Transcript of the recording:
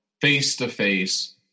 face-to-face